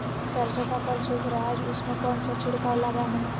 सरसो का फल सुख रहा है उसमें कौन सा छिड़काव लगानी है?